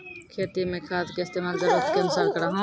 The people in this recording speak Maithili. खेती मे खाद के इस्तेमाल जरूरत के अनुसार करऽ